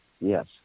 Yes